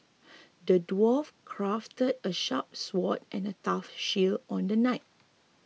the dwarf crafted a sharp sword and a tough shield on the knight